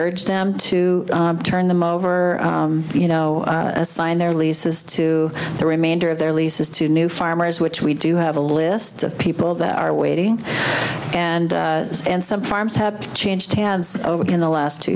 urge them to turn them over you know assign their leases to the remainder of their leases to new farmers which we do have a list of people that are waiting and and some farms have changed hands over in the last two